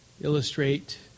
illustrate